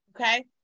okay